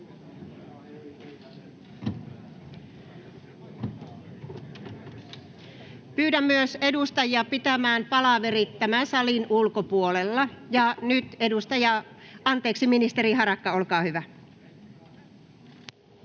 Pyydän edustajia pitämään palaverit tämän salin ulkopuolella. — Nyt, ministeri Harakka, olkaa hyvä.